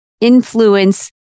influence